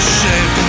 shame